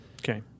Okay